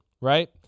right